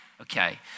Okay